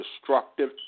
destructive